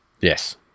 Yes